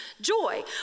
joy